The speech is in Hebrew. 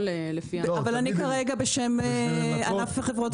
אני כרגע מדברת בשם ענף חברות הניקיון.